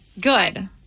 Good